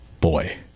boy